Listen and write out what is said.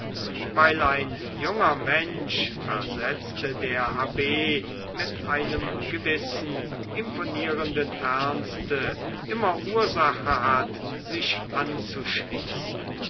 weil ein junger mensch versetzte der abb mit einem gewissen imponierenden ernste immer ursache hat sich anzuschließen